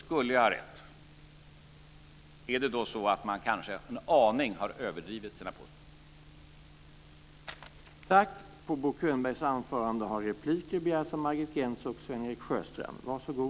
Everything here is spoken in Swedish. Skulle jag ha rätt, är det så att man kanske en aning har överdrivit i sina påståenden?